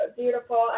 beautiful